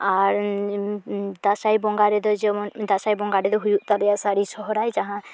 ᱟᱨ ᱫᱟᱥᱟᱸᱭ ᱵᱚᱸᱜᱟ ᱨᱮᱫᱚ ᱡᱮᱢᱚᱱ ᱫᱟᱥᱟᱸᱭ ᱵᱚᱸᱜᱟ ᱨᱮᱫᱚ ᱦᱩᱭᱩᱜ ᱛᱟᱞᱮᱭᱟ ᱥᱟᱹᱨᱤ ᱥᱚᱨᱦᱟᱭ ᱡᱟᱦᱟᱸ